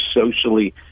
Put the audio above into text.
socially